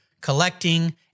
collecting